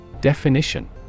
Definition